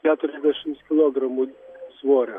keturiasdešimts kilogramų svorio